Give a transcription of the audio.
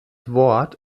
wort